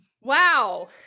Wow